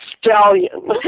stallion